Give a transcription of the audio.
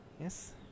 yes